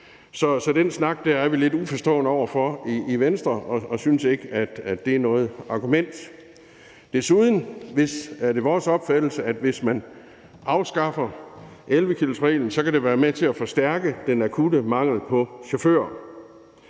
så den snak er vi lidt uforstående over for i Venstre, og vi synes ikke, at det er noget argument. Desuden er det vores opfattelse, at hvis man afskaffer 11-kilosreglen, kan det være med til at forstærke den akutte mangel på chauffører.